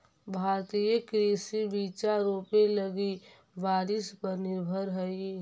भारतीय कृषि बिचा रोपे लगी बारिश पर निर्भर हई